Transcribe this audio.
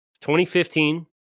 2015